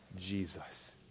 Jesus